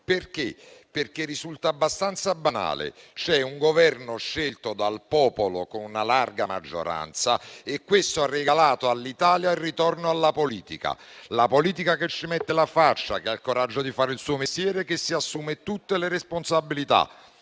perché? Risulta abbastanza banale che c'è un Governo scelto dal popolo con una larga maggioranza e questo ha regalato all'Italia il ritorno alla politica, alla politica che ci mette la faccia, che ha il coraggio di fare il suo mestiere e che si assume tutte le responsabilità.